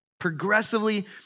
progressively